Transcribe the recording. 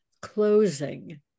closing